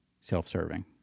self-serving